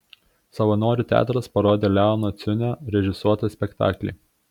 savanorių teatras parodė leono ciunio režisuotą spektaklį